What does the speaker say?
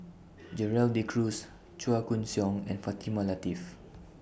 Gerald De Cruz Chua Koon Siong and Fatimah Lateef